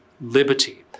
liberty